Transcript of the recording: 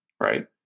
Right